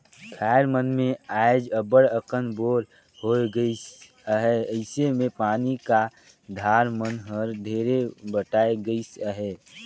खाएर मन मे आएज अब्बड़ अकन बोर होए गइस अहे अइसे मे पानी का धार मन हर ढेरे बटाए गइस अहे